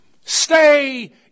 Stay